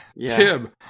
Tim